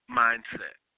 mindset